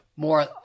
more